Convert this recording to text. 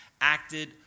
acted